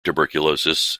tuberculosis